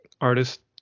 artist